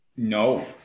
No